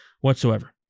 whatsoever